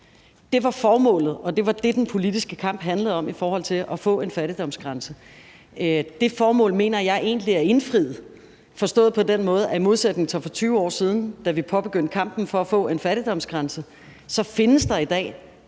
Det var formålet, og det var det, den politiske kamp handlede om i forhold til at få en fattigdomsgrænse. Det formål mener jeg egentlig er indfriet, forstået på den måde, at i modsætning til for 20 år siden, da vi påbegyndte kampen for at få en fattigdomsgrænse, findes der i dag